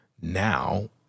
Now